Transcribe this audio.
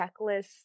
checklists